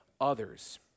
others